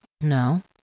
No